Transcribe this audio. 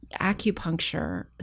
acupuncture